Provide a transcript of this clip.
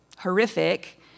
horrific